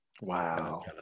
wow